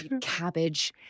cabbage